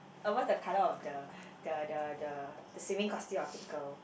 uh what's the color of the the the the the swimming costume of the girl